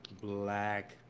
black